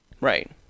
Right